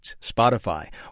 Spotify